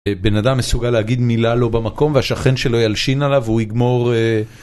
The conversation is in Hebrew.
בן אדם מסוגל להגיד מילה לא במקום, והשכן שלו ילשין עליו והוא יגמור